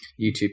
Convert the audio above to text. YouTube